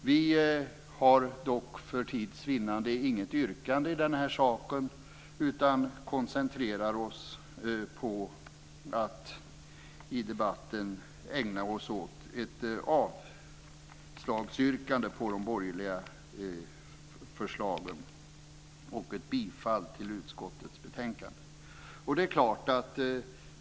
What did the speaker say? Vi har dock för tids vinnande inget yrkande i den här saken utan koncentrerar oss i debatten på ett avslagsyrkande på de borgerliga förslagen och ett bifall till utskottets hemställan.